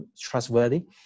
trustworthy